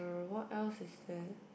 err what else is there